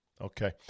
Okay